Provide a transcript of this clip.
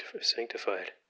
sanctified